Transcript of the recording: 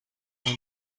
اون